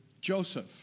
Joseph